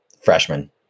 freshman